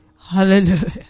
Hallelujah